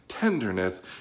tenderness